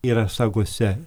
yra sagose